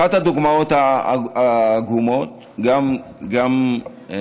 זו אחת הדוגמאות העגומות, לצערי,